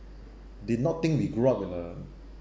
did not think we grow up in a